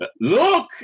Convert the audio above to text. look